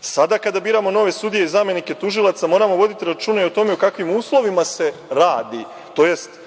Sada kada biramo nove sudije i zamenike tužilaca, moramo voditi računa i o tome u kakvim uslovima se radi, tj.